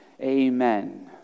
amen